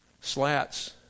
slats